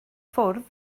ffwrdd